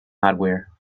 hardware